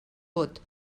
vot